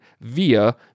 via